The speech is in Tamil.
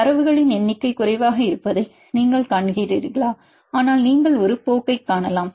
தரவுகளின் எண்ணிக்கை குறைவாக இருப்பதை நீங்கள் காண்கிறீர்களா ஆனால் நீங்கள் ஒரு போக்கைக் காணலாம்